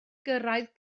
gyrraedd